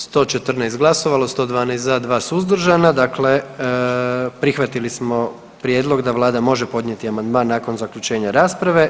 114 glasovalo, 112 za, 2 suzdržana, dakle prihvatili smo prijedlog da vlada može podnijeti amandman nakon zaključenja rasprave.